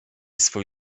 swój